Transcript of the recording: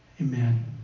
amen